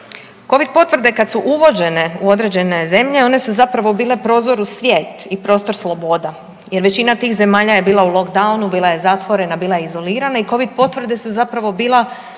Covid potvrde kad su uvođene u određene zemlje, one su zapravo bile prozor u svijet i prostor sloboda jer većina tih zemalja je bila u lockdownu, bila je zatvorena, bila je izolirana i Covid potvrde su zapravo bila